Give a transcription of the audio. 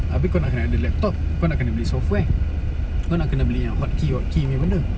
habis kau nak kena ada laptop kau nak kena beli software kau nak kena beli yang hotkey hotkey punya benda